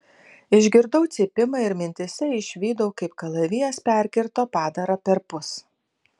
išgirdau cypimą ir mintyse išvydau kaip kalavijas perkirto padarą perpus